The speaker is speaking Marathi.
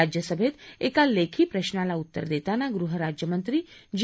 राज्यसभेत एका लेखी प्रश्नाला उत्तर देताना गृहराज्यमंत्री जी